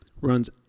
runs